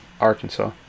Arkansas